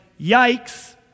yikes